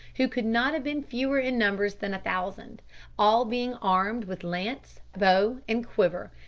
who could not have been fewer in numbers than a thousand all being armed with lance, bow, and quiver,